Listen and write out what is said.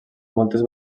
moltes